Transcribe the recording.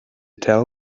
tell